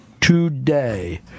Today